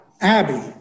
Abby